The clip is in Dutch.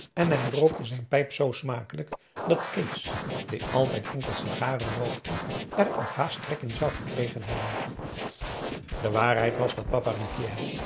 en hij rookte zijn pijp zoo smakelijk dat kees die altijd enkel sigaren rookte er p a daum hoe hij raad van indië werd onder ps maurits ook haast trek in zou gekregen hebben de waarheid was dat papa rivière